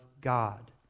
God